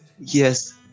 yes